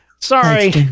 Sorry